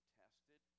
tested